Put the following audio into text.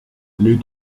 les